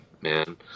man